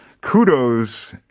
kudos